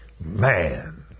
man